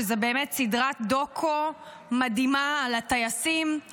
שזו סדרת דוקו מדהימה על הטייסים,